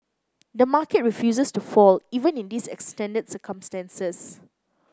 the market refuses to fall even in these extended circumstances